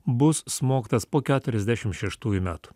bus smogtas po keturiasdešim šeštųjų metų